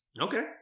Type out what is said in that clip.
Okay